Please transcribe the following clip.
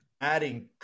adding